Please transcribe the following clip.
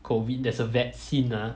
COVID there's a vaccine ah